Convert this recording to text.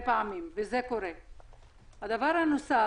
דבר נוסף.